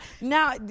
now